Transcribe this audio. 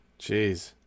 Jeez